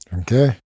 Okay